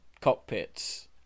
cockpits